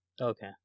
Okay